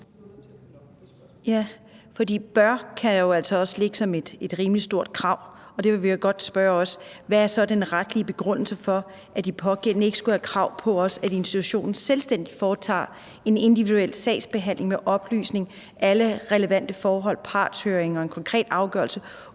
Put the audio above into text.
Ja, for »bør« kan jo også indebære et rimelig stort krav, og der vil jeg også godt spørge: Hvad er så den retlige begrundelse for, at de pågældende ikke også skulle have krav på, at institutionen selvstændigt foretager en individuel sagsbehandling med oplysning om alle relevante forhold, partshøringer og en konkret afgørelse